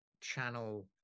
channel